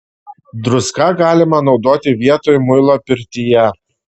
druską galima naudoti vietoj muilo pirtyje